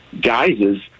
guises